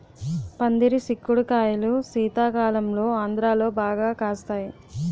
పందిరి సిక్కుడు కాయలు శీతాకాలంలో ఆంధ్రాలో బాగా కాస్తాయి